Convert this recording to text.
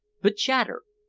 but chater?